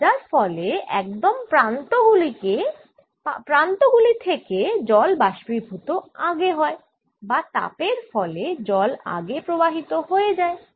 ভাজার ফলে একদম প্রান্ত গুলি থেকে জল বাষ্পীভূত আগে হয় বা তাপের ফলে জল আগে প্রবাহিত হয়ে যায়